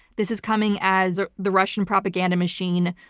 this is coming as ah the russian propaganda machine,